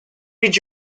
did